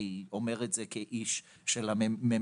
אני אומר את זה כאיש של הממשלה,